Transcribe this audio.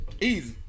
easy